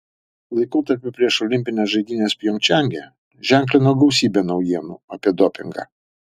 laikotarpį prieš olimpines žaidynes pjongčange ženklino gausybė naujienų apie dopingą